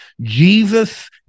Jesus